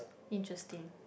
interesting